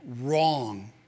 wrong